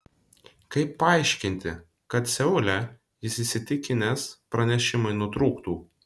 kaip paaiškinti kad seule jis įsitikinęs pranešimai nutrūktų